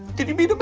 did you meet but